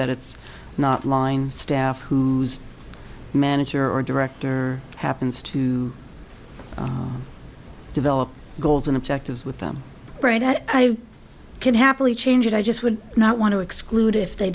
that it's not line staff whose manager or director happens to develop goals and objectives with them right at i can happily change it i just would not want to exclude if they